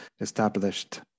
established